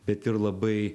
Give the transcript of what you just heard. bet ir labai